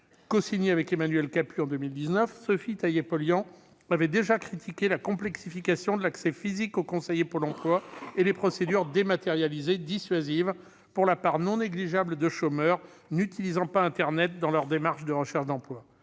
cosigné avec Emmanuel Capus en 2019, Sophie Taillé-Polian avait déjà critiqué la complexification de l'accès physique au conseiller Pôle emploi et des procédures dématérialisées « dissuasives » pour la part non négligeable de chômeurs n'utilisant pas internet dans leur démarche de recherche d'emploi.